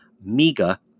MEGA